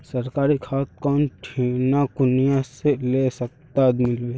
सरकारी खाद कौन ठिना कुनियाँ ले सस्ता मीलवे?